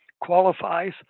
qualifies